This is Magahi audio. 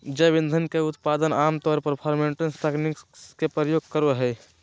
जैव ईंधन के उत्पादन आम तौर पर फ़र्मेंटेशन तकनीक के प्रयोग करो हइ